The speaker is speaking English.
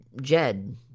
Jed